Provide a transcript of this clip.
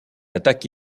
attaque